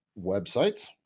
websites